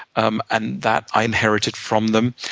um and that, i inherited from them.